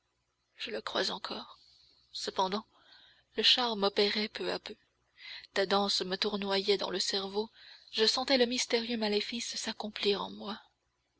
je le crois encore cependant le charme opérait peu à peu ta danse me tournoyait dans le cerveau je sentais le mystérieux maléfice s'accomplir en moi